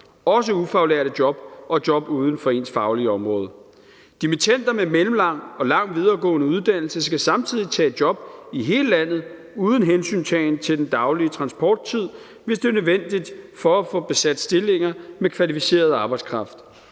også ufaglærte job og job uden for ens faglige område. Kl. 13:11 Dimittender med mellemlang og lang videregående uddannelse skal samtidig tage job i hele landet uden hensyntagen til den daglige transporttid, hvis det er nødvendigt for at få besat stillinger med kvalificeret arbejdskraft.